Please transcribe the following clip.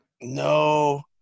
No